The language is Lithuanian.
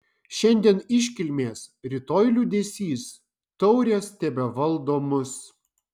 šiandien iškilmės rytoj liūdesys taurės tebevaldo mus